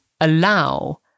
allow